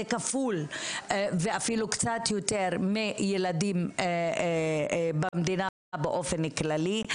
זה כפול ואפילו קצת יותר מילדים במדינה באופן כללי,